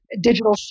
digital